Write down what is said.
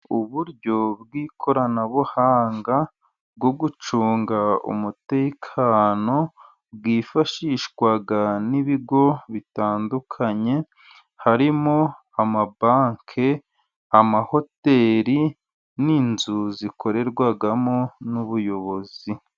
Uburyo bw'ikoranabuhanga bwo gucunga umutekano bwifashishwa n'ibigo bitandukanye, harimo: amabanke, amahoteli, n'inzu zikorerwamo n'ubuyobozi.